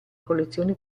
collezioni